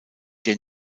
der